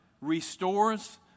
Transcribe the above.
restores